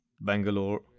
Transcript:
Bangalore